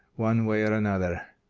one way or another.